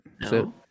No